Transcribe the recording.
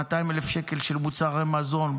200,000 שקל מוצרי מזון,